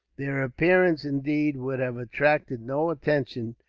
their appearance, indeed, would have attracted no attention,